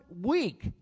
week